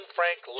Frank